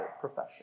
profession